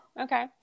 Okay